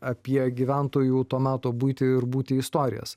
apie gyventojų to meto buitį ir būti istorijas